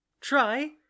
try